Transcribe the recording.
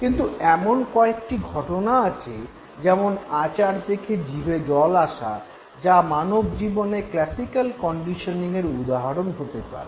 কিন্তু কয়েকটি এমন ঘটনা আছে যেমন আচার দেখে জিভে জল আসা যা মানবজীবনে ক্লাসিক্যাল কন্ডিশনিঙের উদাহরণ হতে পারে